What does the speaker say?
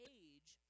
age